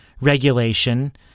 regulation